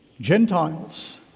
Gentiles